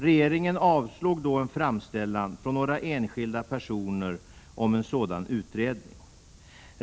Regeringen avslog då en framställning från några enskilda personer om en sådan utredning.